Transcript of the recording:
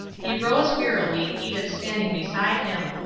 he rose wearily, edith standing beside him.